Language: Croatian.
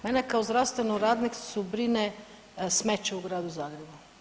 Mene kao zdravstvenu radnicu brine smeće u gradu Zagrebu.